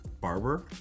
Barber